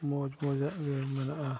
ᱢᱚᱡᱽ ᱢᱚᱡᱟᱜ ᱜᱮ ᱢᱮᱱᱟᱜᱼᱟ